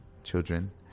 Children